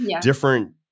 different